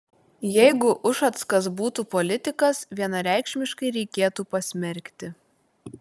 jeigu ušackas būtų politikas vienareikšmiškai reikėtų pasmerkti